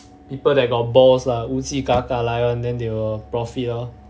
people that got balls lah wu ji ga ga 来人 then they will profit lor